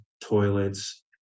toilets